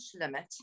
limit